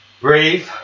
breathe